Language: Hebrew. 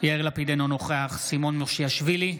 יאיר לפיד, אינו נוכח סימון מושיאשוילי,